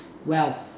wealth